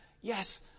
Yes